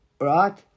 Right